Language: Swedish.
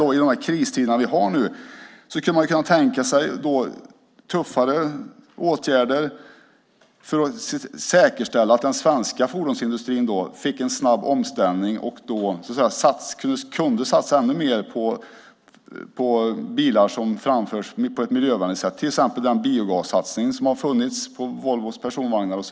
I dessa kristider skulle man kunna tänka sig tuffare åtgärder för att säkerställa att den svenska fordonsindustrin får en snabb omställning och kan satsa ännu mer på bilar som framförs på ett miljövänligt sätt. Detta gäller till exempel den biogassatsning som fanns på Volvo Personvagnar.